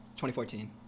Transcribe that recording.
2014